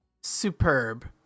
superb